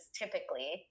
typically